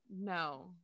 no